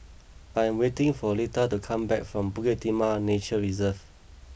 I am waiting for Lita to come back from Bukit Timah Nature Reserve